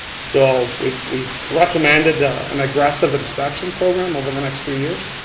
so, we've we've recommended an aggressive inspection program over the next three years.